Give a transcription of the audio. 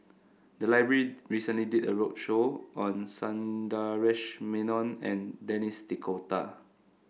the library recently did a roadshow on Sundaresh Menon and Denis D'Cotta